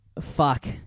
fuck